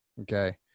Okay